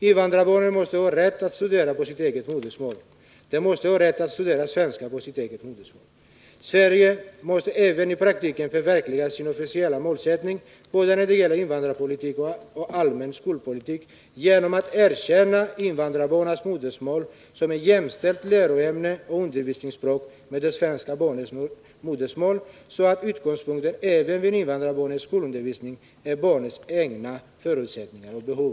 Invandrarbarnen måste ha rätt att studera på sitt eget 105 modersmål. De måste ha rätt att studera svenska och sitt eget modersmål. Sverige måste även i praktiken förverkliga sina officiella målsättningar både när det gäller invandrarpolitik och allmän skolpolitik genom att erkänna invandrarbarnens modersmål som ett jämnställt läroämne och undervisningsspråk med de svenska barnens modersmål så att utgångspunkten även vid invandrarbarnens skolundervisning är barnens egna förutsättningar och behov.”